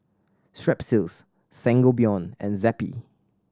Strepsils Sangobion and Zappy